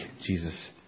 Jesus